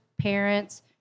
parents